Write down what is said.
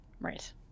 Right